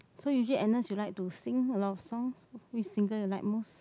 so usually Agnes you like to sing a lot of songs which singer you like most